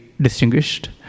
distinguished